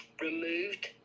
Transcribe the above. removed